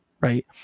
Right